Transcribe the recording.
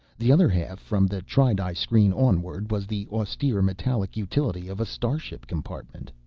the other half, from the tri-di screen onward, was the austere, metallic utility of a starship compartment.